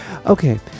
okay